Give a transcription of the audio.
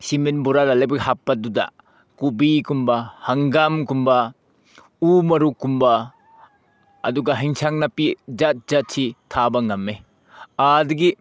cement ꯕꯣꯔꯥꯗ ꯂꯩꯕꯥꯛ ꯍꯥꯞꯄꯗꯨꯗ ꯀꯣꯕꯤꯒꯨꯝꯕ ꯍꯪꯒꯥꯝꯒꯨꯝꯕ ꯎꯃꯣꯔꯣꯛꯀꯨꯝꯕ ꯑꯗꯨꯒ ꯑꯦꯟꯁꯥꯡ ꯅꯥꯄꯤ ꯖꯥꯠ ꯖꯥꯠꯁꯤ ꯊꯥꯕ ꯉꯝꯃꯦ ꯑꯗꯒꯤ